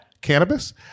Cannabis